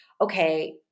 okay